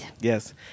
Yes